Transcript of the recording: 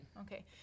okay